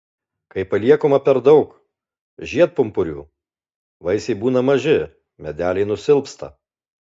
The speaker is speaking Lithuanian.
kai paliekama per daug žiedpumpurių vaisiai būna maži medeliai nusilpsta